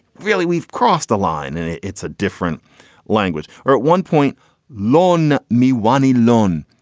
really, we've crossed a line and it's it's a different language. or at one point loan me wanni loan.